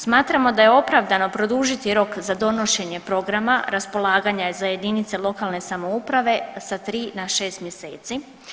Smatramo da je opravdano produžiti rok za donošenje programa raspolaganja za jedinice lokalne samouprave sa 3 na 6 mjeseci.